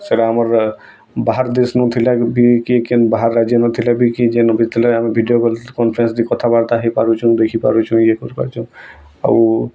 ସେଟା ଆମର ବାହାର ଦେଶନୁ ଥିଲା ବି କି କିନ୍ ବାହାର ରାଜ୍ୟନେ ଥିଲେ ବି ଯେନ୍ ଭିତରେ ଆମେ ଭିଡ଼ିଓ କଲ୍ କନ୍ଫେରେନ୍ସ ବି କଥାବାର୍ତ୍ତା ହେଇପାରୁଛୁଁ ଦେଖିପାରୁଛୁ ଇଏ କରିପାରୁଛୁଁ ଆଉ